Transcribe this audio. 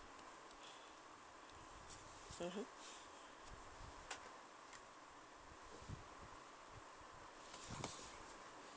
mmhmm